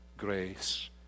grace